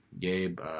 Gabe